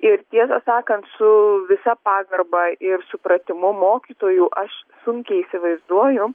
ir tiesą sakant su visa pagarba ir supratimu mokytojų aš sunkiai įsivaizduoju